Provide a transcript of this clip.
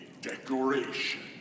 decoration